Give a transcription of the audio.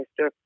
Mr